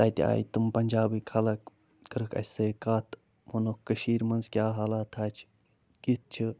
تَتہِ آیہِ تِم پنٛجابٕکۍ خلق کٔرٕکھ اَسہِ سۭتۍ کَتھ ووٚنُکھ کٔشیٖرِ منٛز کیٛاہ حلاتھا چھِ کِتھ چھِ